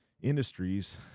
industries